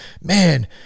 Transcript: man